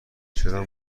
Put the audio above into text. چرا